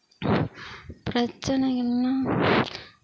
பிரச்சனைகள்னால்